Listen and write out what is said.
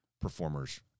performers